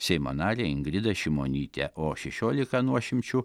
seimo narę ingridą šimonytę o šešiolika nuošimčių